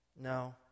No